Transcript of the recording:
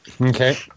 Okay